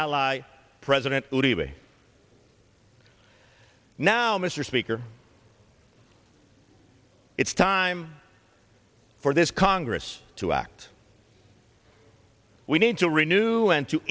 ally president levy now mr speaker it's time for this congress to act we need to renew and to